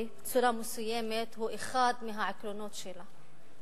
בצורה מסוימת הוא אחד מהעקרונות שלה?